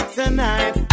tonight